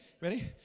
Ready